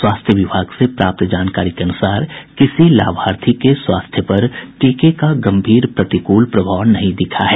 स्वास्थ्य विभाग से प्राप्त जानकारी के अनुसार किसी लाभार्थी के स्वास्थ्य पर टीके का गम्भीर प्रतिकूल प्रभाव नहीं दिखा है